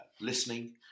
listening